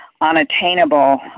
unattainable